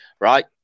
right